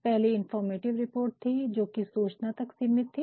पहली informative report थी जोकि सूचना तक सीमित थी